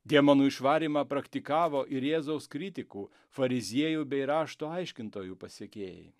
demonų išvarymą praktikavo ir jėzaus kritikų fariziejų bei rašto aiškintojų pasekėjai